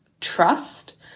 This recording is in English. trust